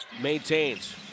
maintains